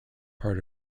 part